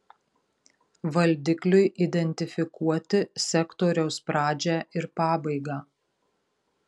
valdikliui identifikuoti sektoriaus pradžią ir pabaigą